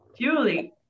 Julie